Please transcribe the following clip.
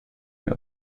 mehr